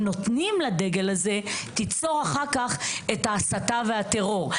נותנים לדגל הזה תיצור אחר כך הסתה וטרור.